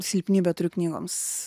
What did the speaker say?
silpnybę turi knygoms